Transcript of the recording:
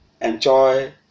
enjoy